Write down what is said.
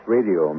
Radio